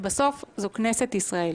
בסוף זו כנסת ישראל